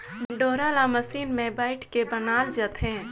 डोरा ल मसीन मे बइट के बनाल जाथे